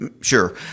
Sure